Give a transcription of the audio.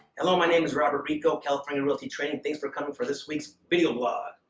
hello, my name is robert rico, california realty training. thanks for coming for this week's video blog.